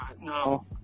No